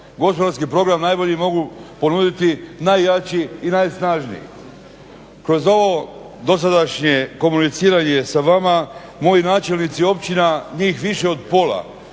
Gospodarski program najbolji mogu ponuditi najjači i najsnažniji. Kroz ovo dosadašnje komuniciranje sa vama moji načelnici općina, njih više od pola